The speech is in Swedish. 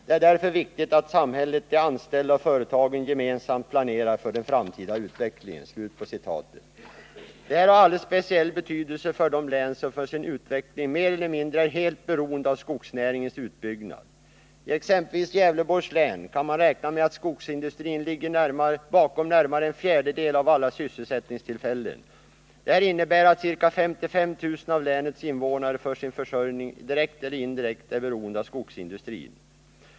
Det är därför viktigt att samhället, de anställda och företagen gemensamt planerar för den framtida utvecklingen.” Detta har en alldeles speciell betydelse för de län som för sin utveckling är mer eller mindre helt beroende av skogsnäringens utbyggnad. I exempelvis Gävleborgs län kan man räkna med att skogsindustrin ligger bakom närmare en fjärdedel av alla sysselsättningstillfällen. Det innebär att ca 55 000 av länets invånare för sin försörjning direkt eller indirekt är beroende av skogsindustrin.